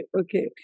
okay